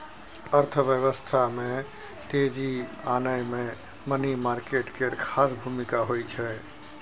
अर्थव्यवस्था में तेजी आनय मे मनी मार्केट केर खास भूमिका होइ छै